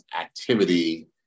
activity